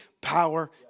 power